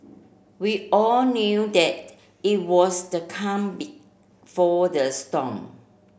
we all knew that it was the calm before the storm